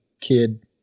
kid